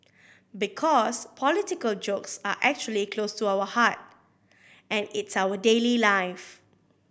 because political jokes are actually close to our heart and it's our daily life